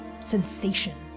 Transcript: sensation